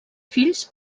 fills